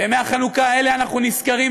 בימי החנוכה האלה אנחנו נזכרים,